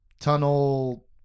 tunnel